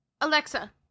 Alexa